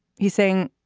he's saying,